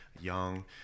young